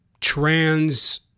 trans